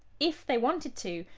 if they wanted to,